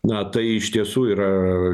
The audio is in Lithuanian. na tai iš tiesų yra